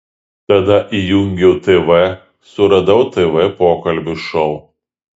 tada įjungiau tv suradau tv pokalbių šou